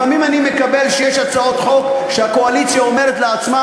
אני מקבל שלפעמים יש הצעות חוק שהקואליציה אומרת לעצמה,